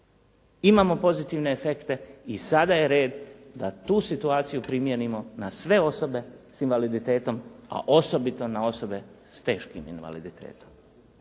imamo pozitivne efekte i sada je red da tu situaciju primjenimo na sve osobe s invaliditetom, a osobito na osobe s teškim invaliditetom.